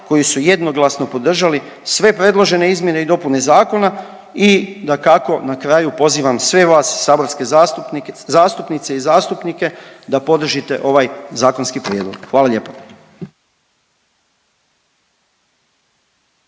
koji su jednoglasno podržali sve predložene izmjene i dopune zakona i dakako, na kraju, pozivam sve vas, saborske zastupnice i zastupnike, da podržite ovaj zakonski prijedlog. Hvala lijepo.